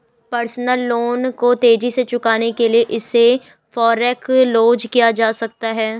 personal loan को तेजी से चुकाने के लिए इसे फोरक्लोज किया जा सकता है